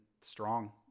strong